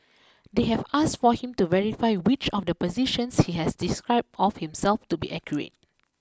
they have asked for him to verify which of the positions he has described of himself to be accurate